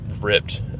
ripped